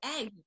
egg